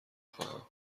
خواهم